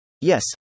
Yes